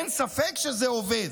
אין ספק שזה עובד,